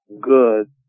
good